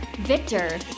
Victor